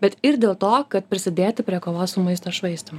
bet ir dėl to kad prisidėti prie kova su maisto švaistymu